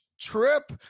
trip